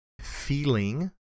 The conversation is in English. feeling